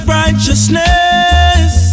righteousness